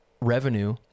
revenue